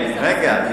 רגע,